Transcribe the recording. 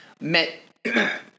met